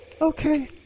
Okay